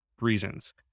reasons